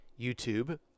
YouTube